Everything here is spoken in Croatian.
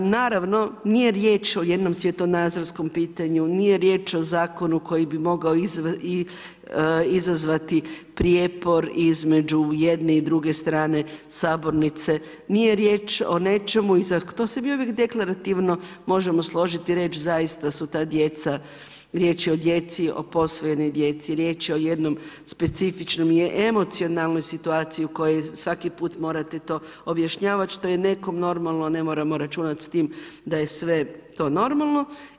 Naravno nije riječ o jednom svjetonazorskom pitanju, nije riječ o zakonu koji bi mogao izazvati prijepor između jedne i druge strane sabornice, nije riječ o nečemu i to se mi uvijek deklarativno možemo složiti i reći zaista su ta djeca, riječ je o djeci o posvojenoj djeci, riječ je o jednoj specifičnoj i emocionalnoj situaciji u kojoj svaki put morate to objašnjavati što je nekom normalno, a ne moramo računati s tim da je sve to normalno.